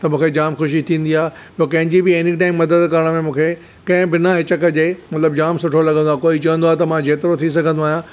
त मूंखे जाम ख़ुशी थींदी आहे पोइ कंहिंजी बि एनी टाइम मदद करणु में मूंखे कंहिं बिना हिचक जे मतिलबु जाम सुठो लॻंदो आहे कोई चवंदो आहे त मां जेतिरो थी सघंदो आहियां